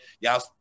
Y'all